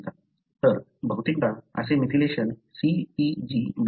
तर बहुतेकदा असे मेथिलेशन CpG बेटांमध्ये होते